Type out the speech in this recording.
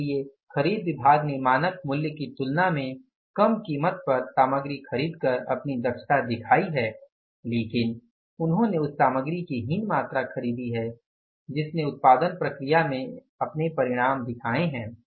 इसलिए खरीद विभाग ने मानक मूल्य की तुलना में कम कीमत पर सामग्री खरीदकर अपनी दक्षता दिखाई है लेकिन उन्होंने उस सामग्री की हीन मात्रा खरीदी है जिसने उत्पादन प्रक्रिया में इसके परिणाम दिखाए हैं